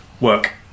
Work